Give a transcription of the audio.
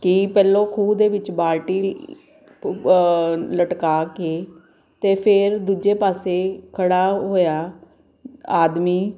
ਕਿ ਪਹਿਲੋਂ ਖੂਹ ਦੇ ਵਿੱਚ ਬਾਲਟੀ ਲਟਕਾ ਕੇ ਅਤੇ ਫਿਰ ਦੂਜੇ ਪਾਸੇ ਖੜ੍ਹਾ ਹੋਇਆ ਆਦਮੀ